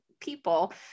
people